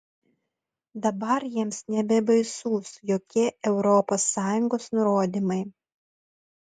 dabar jiems nebebaisūs jokie europos sąjungos nurodymai